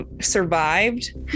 survived